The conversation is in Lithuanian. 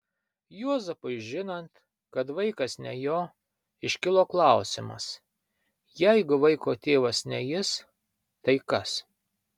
juozapui žinant kad vaikas ne jo iškilo klausimas jeigu vaiko tėvas ne jis tai kas